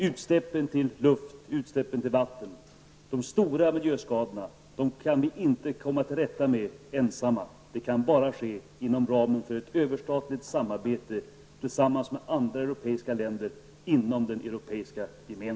Vi kan inte komma till rätta med utsläppen till luft ochvatten och de stora miljöskadorna ensamma. Det kan bara ske inom ramen för ett överstatligt samarbete tillsammans med andra europeiska länder inom den